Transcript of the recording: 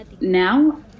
Now